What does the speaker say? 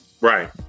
right